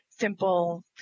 Simple